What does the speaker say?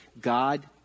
God